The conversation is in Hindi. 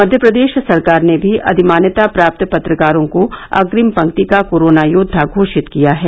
मध्य प्रदेश सरकार ने भी अधिमान्यता प्राप्त पत्रकारों को अग्रिम पंक्ति का कोरोना योद्वा घोषित किया है